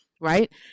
right